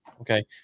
okay